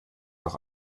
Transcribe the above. doch